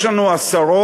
יש לנו עשרות